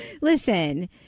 Listen